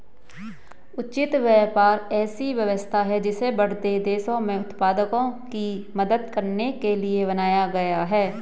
उचित व्यापार ऐसी व्यवस्था है जिसे बढ़ते देशों में उत्पादकों की मदद करने के लिए बनाया गया है